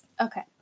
Okay